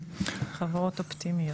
החברות אופטימיות.